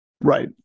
right